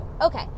Okay